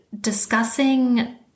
discussing